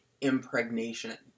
impregnation